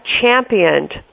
championed